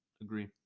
Agree